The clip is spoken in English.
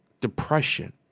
Depression